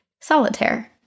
Solitaire